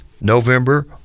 November